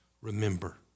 Remember